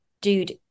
dude